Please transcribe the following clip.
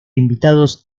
invitados